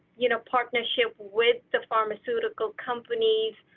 you know, partnership with the pharmaceutical companies,